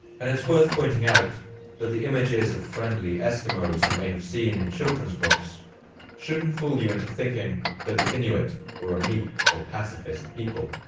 and it's worth pointing out that the images of friendly eskimos you may have seen in children's books shouldn't fool you into thinking that the inuit were a meek or pacifist people.